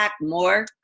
more